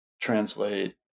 translate